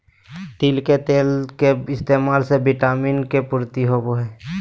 तिल के तेल के इस्तेमाल से विटामिन के पूर्ति होवो हय